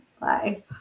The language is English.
Bye